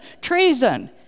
treason